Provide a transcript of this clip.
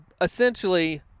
essentially